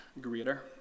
greater